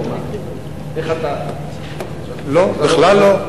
לא, בכלל לא.